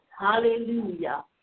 Hallelujah